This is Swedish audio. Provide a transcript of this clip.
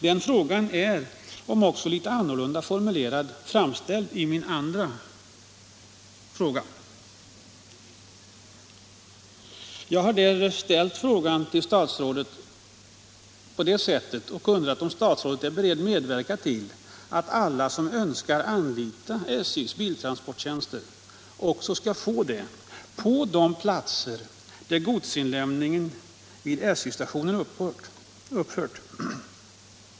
Det problemet formuleras, om också litet annorlunda, i min andra fråga, där jag undrat om statsrådet är beredd medverka till att alla som önskar anlita SJ:s biltransporttjänster också skall få det på de platser där godsinlämningen vid SJ-stationen upphört.